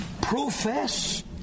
profess